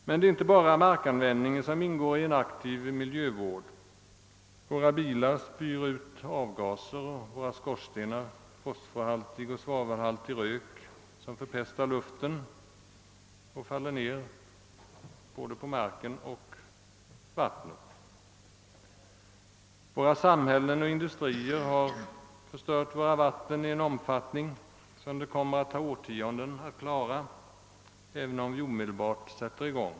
Men det är inte bara markanvändningen som ingår i en aktiv miljövård. Våra bilar spyr ut avgaser och våra skorstenar fosforoch svavelhaltig rök, som förpestar luften och faller ned både på marken och i vattnet. Våra samhällen och industrier har förstört vattnen i en omfattning, som det kommer att ta årtionden att avhjälpa, även om vi omedelbart sätter igång.